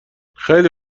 خیلی